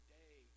day